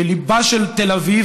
בליבה של תל אביב,